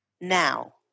now